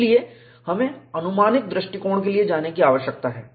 इसलिए हमें अनुमानित अप्प्रोक्सिमेट दृष्टिकोण के लिए जाने की आवश्यकता है